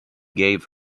gave